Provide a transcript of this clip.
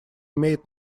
имеет